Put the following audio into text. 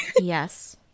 Yes